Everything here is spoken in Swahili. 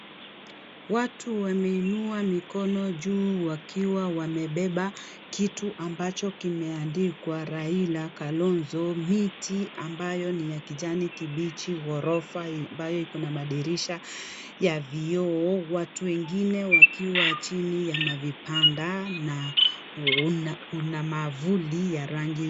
Watu wameinua mikono juu wakiwa wamebeba kitu ambacho kimeandikwa Raila, Kalonzo, miti ambayo ni ya kijani kibichi, ghorofa ambayo iko na madirisha ya vioo, watu wengine wakiwa chini ya mavibanda na kuna miavuli ya rangi.